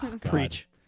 Preach